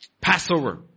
Passover